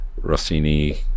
rossini